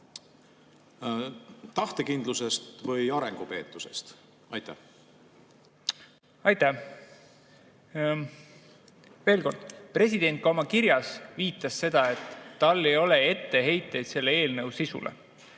tahtekindlusest või arengupeetusest? Aitäh! Veel kord: president ka oma kirjas viitas sellele, et tal ei ole etteheiteid eelnõu sisule.